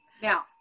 Now